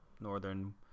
northern